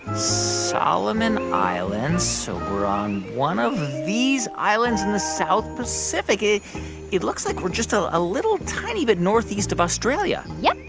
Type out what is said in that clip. solomon islands so we're on one of these islands in the south pacific. it looks like we're just a little tiny bit northeast of australia yup,